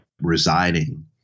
residing